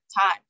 time